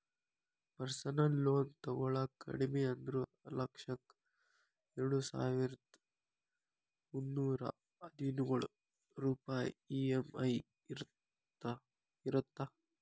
personal loan ತೊಗೊಳಾಕ ಕಡಿಮಿ ಅಂದ್ರು ಲಕ್ಷಕ್ಕ ಎರಡಸಾವಿರ್ದಾ ಮುನ್ನೂರಾ ಹದಿನೊಳ ರೂಪಾಯ್ ಇ.ಎಂ.ಐ ಇರತ್ತ